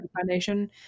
Foundation